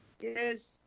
Yes